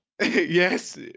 Yes